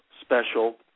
special